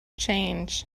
change